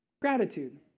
gratitude